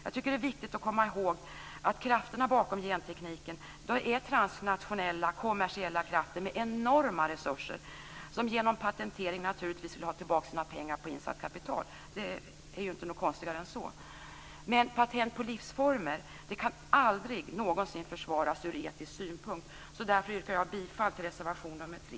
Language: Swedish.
Jag tycker att det är viktigt att komma ihåg att krafterna bakom gentekniken är transnationella, kommersiella krafter med enorma resurser, som genom patenteringen naturligtvis vill ha tillbaka pengar på insatt kapital. Det är inte konstigare än så. Men patent på livsformer kan aldrig någonsin försvaras ur etisk synpunkt. Därför yrkar jag bifall till reservation nr 3.